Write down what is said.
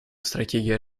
стратегия